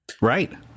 Right